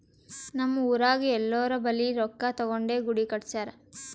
ನಮ್ ಊರಾಗ್ ಎಲ್ಲೋರ್ ಬಲ್ಲಿ ರೊಕ್ಕಾ ತಗೊಂಡೇ ಗುಡಿ ಕಟ್ಸ್ಯಾರ್